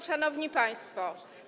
Szanowni Państwo!